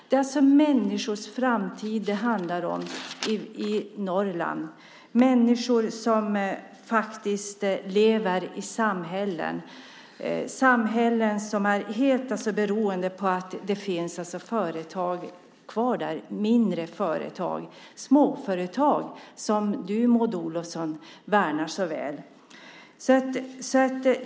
Det är alltså människors framtid i Norrland det handlar om, människor som faktiskt lever i samhällen som är helt beroende av att det finns företag kvar där, småföretag som du, Maud Olofsson, värnar så väl.